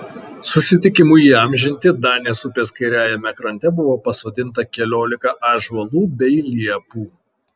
susitikimui įamžinti danės upės kairiajame krante buvo pasodinta keliolika ąžuolų bei liepų